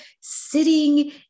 sitting